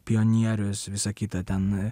pionierius visa kita ten